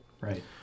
Right